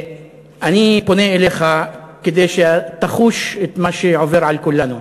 אני פונה אליך כדי שתחוש את מה שעובר על כולנו.